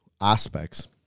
aspects